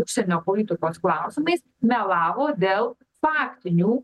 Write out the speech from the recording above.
užsienio politikos klausimais melavo dėl faktinių